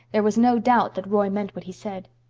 there was no doubt that roy meant what he said.